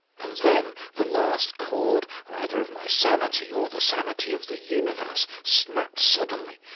and then the last cord, either of my sanity or the sanity of the universe, snapped suddenly.